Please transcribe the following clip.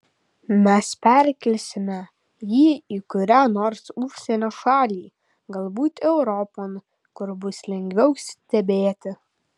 mes perkelsime jį į kurią nors užsienio šalį galbūt europon kur bus lengviau stebėti